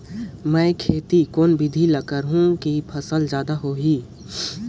मै खेती कोन बिधी ल करहु कि फसल जादा होही